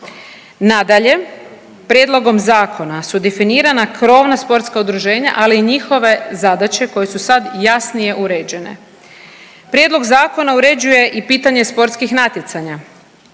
Nadalje, prijedlogom zakona su definirana krovna sportska udruženja, ali i njihove zadaće koje su sad jasnije uređene. Prijedlog zakona uređuje i pitanje sportskih natjecanja